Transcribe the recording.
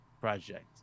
project